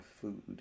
food